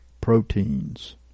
proteins